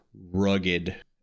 rugged